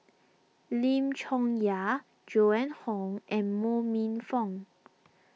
Lim Chong Yah Joan Hon and Mo Ho Minfong